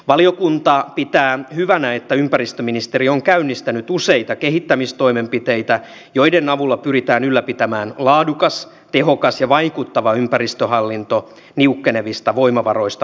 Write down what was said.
valiokunta pitää hyvänä että ympäristöministeri on käynnistänyt useita kehittämistoimenpiteitä joiden avulla pyritään ylläpitämään laadukas tehokas ja vaikuttava ympäristöhallinto niukkenevista voimavaroista huolimatta